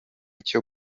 cyo